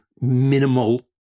minimal